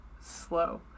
Slow